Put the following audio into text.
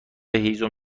هیزم